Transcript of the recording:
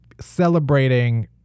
celebrating